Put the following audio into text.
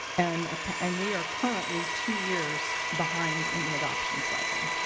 and ah and we are currently two years behind in the adoption cycle.